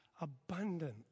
abundant